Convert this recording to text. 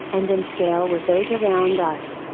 and in scale with those around us.